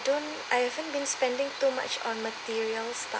don't I haven't been spending too much on materials lah